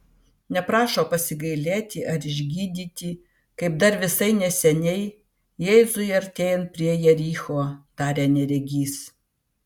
neprašo pasigailėti ar išgydyti kaip dar visai neseniai jėzui artėjant prie jericho darė neregys